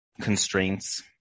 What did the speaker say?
constraints